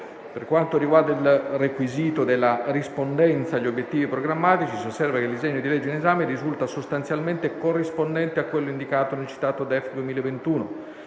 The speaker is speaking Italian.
Per quanto riguarda il requisito della rispondenza agli obiettivi programmatici, si osserva che il disegno di legge in esame risulta sostanzialmente corrispondente a quello indicato nel citato DEF 2021.